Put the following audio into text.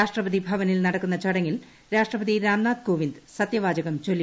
രാഷ്ട്രപതി ഭവനിൽ നടക്കുന്ന ചടങ്ങിൽ രാഷ്ട്രപതി രാംനാഥ് ഗോവിന്ദ് സത്യവാചകം ചൊല്ലിക്കൊടുക്കും